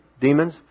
demons